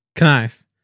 knife